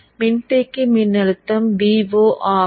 மின்தேக்கி மின்னழுத்தம் Vo ஆகும்